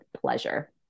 pleasure